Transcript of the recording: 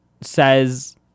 says